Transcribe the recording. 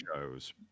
shows